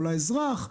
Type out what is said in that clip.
לאזרח,